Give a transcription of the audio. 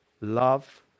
love